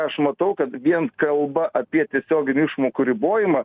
aš matau kad vien kalba apie tiesioginių išmokų ribojimą